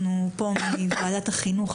אנחנו פה מוועדת החינוך,